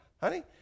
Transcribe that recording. honey